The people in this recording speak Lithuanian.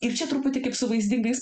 ir čia truputį kaip su vaizdingais